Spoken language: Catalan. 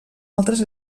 algunes